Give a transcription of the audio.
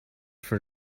for